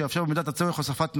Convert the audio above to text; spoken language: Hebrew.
שיאפשר במידת הצורך הוספת תנאים,